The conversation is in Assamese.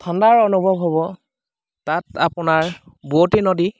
ঠাণ্ডাৰ অনুভৱ হ'ব তাত আপোনাৰ বোৱতী নদী